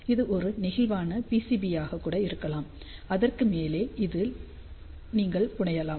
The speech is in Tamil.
இது ஒரு நெகிழ்வான பிசிபியாக கூட இருக்கலாம் அதற்கு மேலே இதில் நீங்கள் புனையலாம்